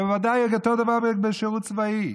בוודאי אותו דבר בשירות צבאי.